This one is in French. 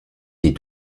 des